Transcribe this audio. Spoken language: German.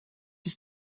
ist